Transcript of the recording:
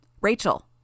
Rachel